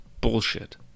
Bullshit